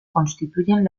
constituyen